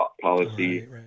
policy